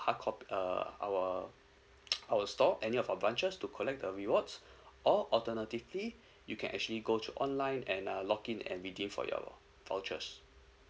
hardco~ uh our our stores any of our branches to collect the rewards or alternatively you can actually go to online and uh log in and redeem for your vouchers